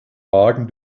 magen